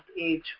age